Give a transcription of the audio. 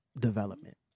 development